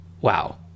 wow